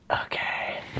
Okay